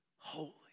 Holy